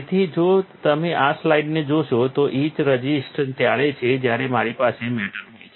તેથી જો તમે આ સ્લાઇડને જોશો તો ઇચ રઝિસ્ટન્સ ત્યારે છે જ્યારે મારી પાસે મેટલ હોય છે